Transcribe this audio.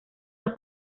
los